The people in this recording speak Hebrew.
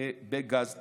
בגז טבעי.